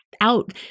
out